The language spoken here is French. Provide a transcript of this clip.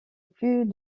plus